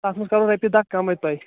اَتھ منٛزکَرو رۄپیہِ دَہ کمٕے تۄہہِ